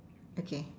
okay